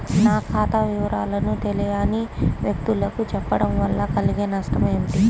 నా ఖాతా వివరాలను తెలియని వ్యక్తులకు చెప్పడం వల్ల కలిగే నష్టమేంటి?